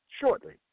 shortly